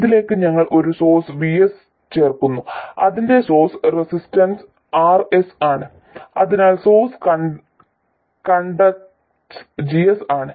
ഇതിലേക്ക് ഞങ്ങൾ ഒരു സോഴ്സ് VS ചേർക്കുന്നു അതിന്റെ സോഴ്സ് റെസിസ്റ്റൻസ് RS ആണ് അതിനാൽ സോഴ്സ് കണ്ടക്ടൻസ് GS ആണ്